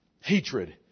Hatred